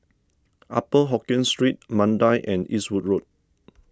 Upper Hokkien Street Mandai and Eastwood Road